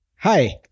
Hi